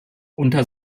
unter